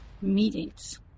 meetings